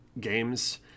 games